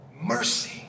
mercy